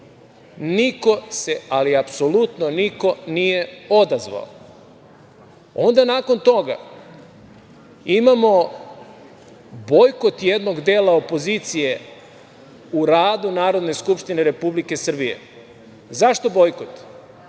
Niko se, ali apsolutno niko nije odazvao. Nakon toga imamo bojkot jednog dela opozicije u radu Narodne skupštine Republike Srbije. Zašto bojkot?